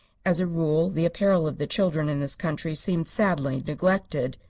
as a rule the apparel of the children in this country seemed sadly neglected.